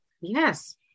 Yes